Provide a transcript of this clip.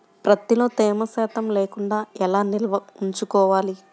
ప్రత్తిలో తేమ శాతం లేకుండా ఎలా నిల్వ ఉంచుకోవాలి?